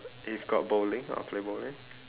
if got bowling I will play bowling